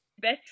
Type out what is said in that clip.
best